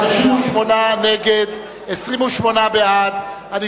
58 נגד, 28 בעד, ואין נמנעים.